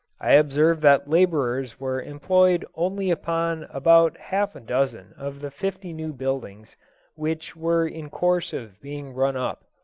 i observed that labourers were employed only upon about half a-dozen of the fifty new buildings which were in course of being run up.